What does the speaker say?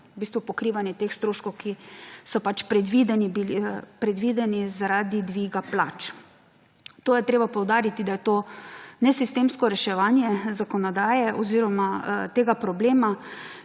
v bistvu pokrivanje teh stroškov, ki so pač predvideni zaradi dviga plač. To je treba poudariti, da je to nesistemsko reševanje zakonodaje oziroma tega problema.